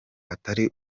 atari